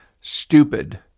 stupid